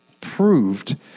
proved